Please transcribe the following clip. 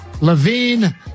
Levine